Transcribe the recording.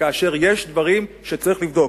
כאשר יש דברים שצריך לבדוק.